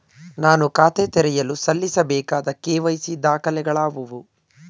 ನಾನು ಖಾತೆ ತೆರೆಯಲು ಸಲ್ಲಿಸಬೇಕಾದ ಕೆ.ವೈ.ಸಿ ದಾಖಲೆಗಳಾವವು?